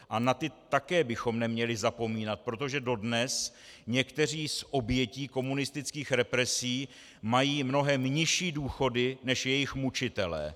A na ty také bychom neměli zapomínat, protože dodnes některé z obětí komunistických represí mají mnohem nižší důchody než jejich mučitelé.